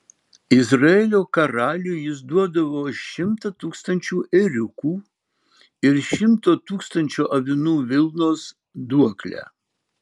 izraelio karaliui jis duodavo šimtą tūkstančių ėriukų ir šimto tūkstančių avinų vilnos duoklę